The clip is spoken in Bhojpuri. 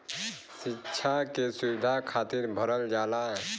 सिक्षा के सुविधा खातिर भरल जाला